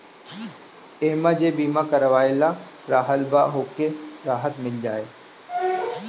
एमे जे बीमा करवले रहल बा ओके राहत मिल जाई